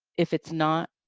if it's not,